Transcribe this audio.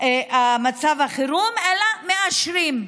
מצב החירום אלא מאשרים,